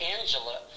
Angela